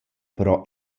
però